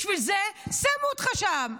בשביל זה שמו אותך שם.